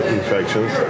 infections